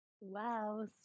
Wow